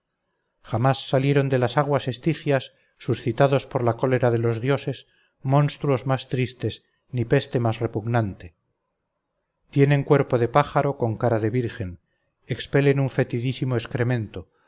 jamás salieron de las aguas estigias suscitados por la cólera de los dioses monstruos más tristes ni peste más repugnante tienen cuerpo de pájaro con cara de virgen expelen un fetidísimo excremento